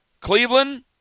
Cleveland